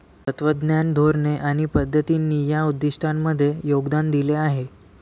तत्त्वज्ञान, धोरणे आणि पद्धतींनी या उद्दिष्टांमध्ये योगदान दिले आहे